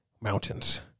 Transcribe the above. mountains